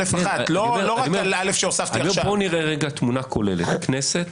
אין מה להשוות בין רמת פעילותן לרמת פעילות של כנסת